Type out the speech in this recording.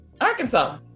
arkansas